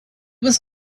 was